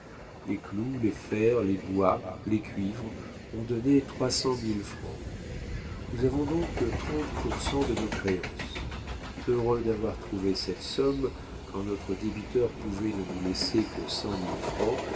les clous les fers les bois les cuivres ont donné trois cent mille francs nous avons donc trente pour cent de nos créances heureux d'avoir trouvé cette somme quand notre débiteur pouvait ne nous laisser que cent mille francs